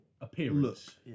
appearance